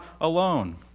alone